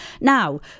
Now